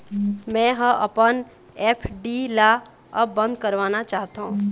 मै ह अपन एफ.डी ला अब बंद करवाना चाहथों